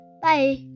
Bye